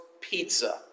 Pizza